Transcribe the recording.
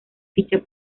ficha